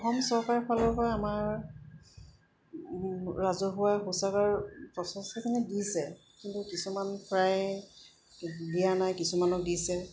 অসম চৰকাৰৰ ফালৰপৰা আমাৰ ৰাজহুৱা শৌচাগাৰ যথেষ্টখিনি দিছে কিন্তু কিছুমানক প্ৰায় দিয়া নাই কিছুমানক দিছে